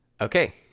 Okay